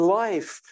life